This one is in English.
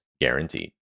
guaranteed